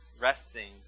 resting